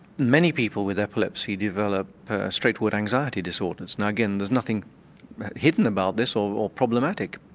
many people with epilepsy develop straightforward anxiety disorders. now again there's nothing hidden about this or problematic,